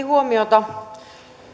huomiota